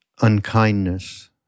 unkindness